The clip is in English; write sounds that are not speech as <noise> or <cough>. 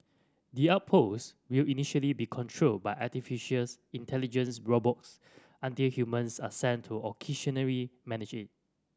the outpost will initially be controlled by artificial <unintelligible> intelligence robots until humans are sent to occasionally manage it